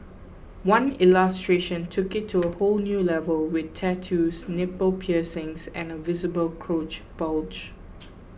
one illustration took it to a whole new level with tattoos nipple piercings and a visible crotch bulge